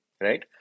Right